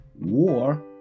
war